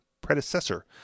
predecessor